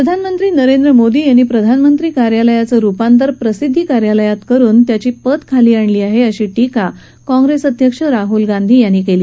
प्रधानमंत्री नरेंद्र मोदी यांनी प्रधानमंत्री कार्यालयाचं रुपांतर प्रसिध्दी कार्यालय करुन त्याची पत खाली आणली आहे अशी शिक्रा काँग्रेस अध्यक्ष राहुल गांधी यांनी केली